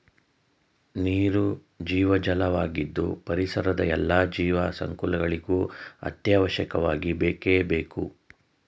ನೀರು ಜೀವಜಲ ವಾಗಿದ್ದು ಪರಿಸರದ ಎಲ್ಲಾ ಜೀವ ಸಂಕುಲಗಳಿಗೂ ಅತ್ಯವಶ್ಯಕವಾಗಿ ಬೇಕೇ ಬೇಕು